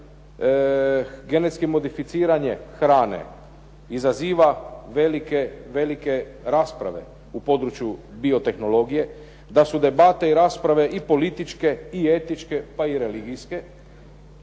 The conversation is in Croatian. da genetsko modificiranje hrane izaziva velike rasprave u području biotehnologije, da su debate i rasprave i političke i etičke pa i religijske